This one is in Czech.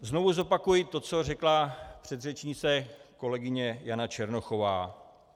Znovu zopakuji to, co řekla předřečnice kolegyně Jana Černochová.